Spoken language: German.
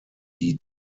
die